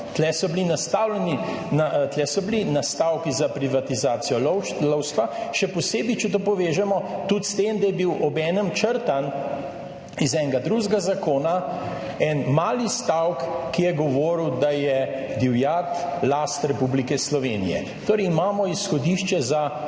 Tu so bili nastavljeni, tu so bili nastavki za privatizacijo lovstva, še posebej, če to povežemo tudi s tem, da je bil obenem črtan iz enega drugega zakona, en mali stavek, ki je govoril, da je divjad last Republike Slovenije. Torej imamo izhodišče za